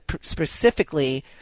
specifically